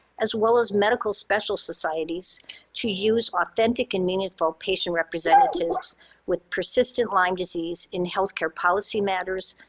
as well as medical special societies to use authentic and meaningful patient representatives with persistent lyme disease in healthcare policy matters,